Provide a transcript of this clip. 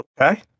Okay